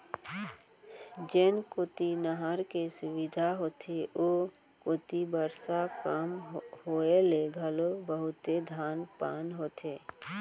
जेन कोती नहर के सुबिधा होथे ओ कोती बरसा कम होए ले घलो बहुते धान पान होथे